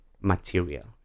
material